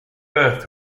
birth